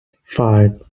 five